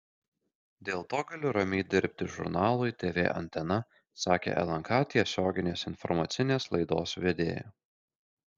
dėl to galiu ramiai dirbti žurnalui tv antena sakė lnk tiesioginės informacinės laidos vedėja